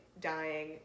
dying